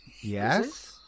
Yes